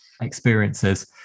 experiences